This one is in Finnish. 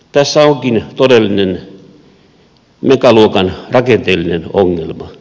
tässä onkin todellinen megaluokan rakenteellinen ongelma